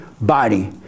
body